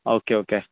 ആ okay okay